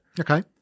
Okay